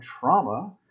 trauma